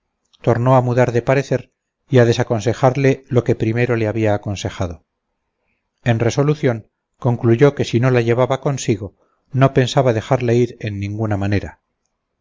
tornó a mudar de parecer y a desaconsejarle lo que primero le había aconsejado en resolución concluyó que si no la llevaba consigo no pensaba dejarle ir en ninguna manera